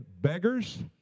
beggars